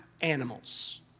animals